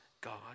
God